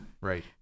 Right